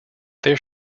there